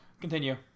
Continue